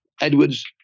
Edwards